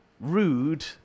rude